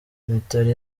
mitali